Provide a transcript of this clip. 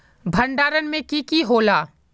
भण्डारण में की की होला?